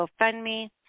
GoFundMe